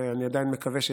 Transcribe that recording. ואני עדיין מקווה,